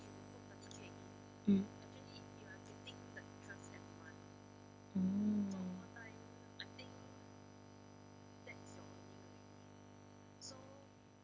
mm mm